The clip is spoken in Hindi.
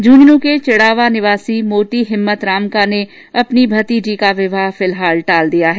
इमुंझुनू के चिड़ावा निवासी मोती हिम्मतरामका ने अपनी भतीजी कोमल का विवाह फिलहाल टाल दिया है